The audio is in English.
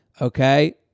okay